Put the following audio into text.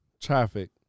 traffic